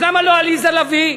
אז למה לא עליזה לביא?